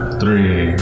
three